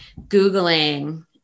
Googling